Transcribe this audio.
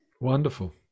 Wonderful